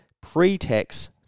pre-tax